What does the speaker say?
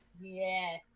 Yes